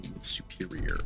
superior